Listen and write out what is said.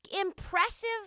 Impressive